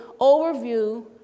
overview